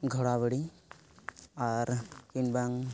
ᱜᱚᱲᱟ ᱵᱟᱹᱲᱤ ᱟᱨ ᱠᱤᱢᱵᱟ